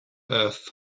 earth